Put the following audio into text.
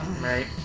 Right